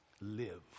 live